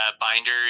binder